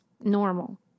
normal